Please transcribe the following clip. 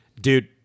Dude